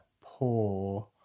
poor